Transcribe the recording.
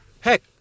heck